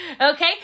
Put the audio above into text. Okay